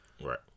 Right